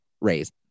raise